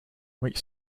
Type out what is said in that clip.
which